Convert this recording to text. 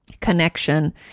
connection